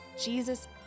Jesus